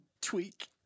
Tweak